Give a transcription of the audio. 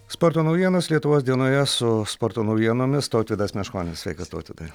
sporto naujienos lietuvos dienoje su sporto naujienomis tautvydas meškonis sveikas tautvydai